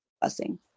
blessing